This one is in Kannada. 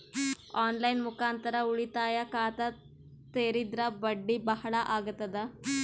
ಆನ್ ಲೈನ್ ಮುಖಾಂತರ ಉಳಿತಾಯ ಖಾತ ತೇರಿದ್ರ ಬಡ್ಡಿ ಬಹಳ ಅಗತದ?